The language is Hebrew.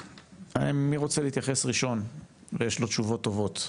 מי רוצה להתייחס ראשון ויש לו תשובות טובות?